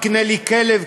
תקנה לי כלב,